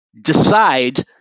decide